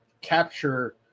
capture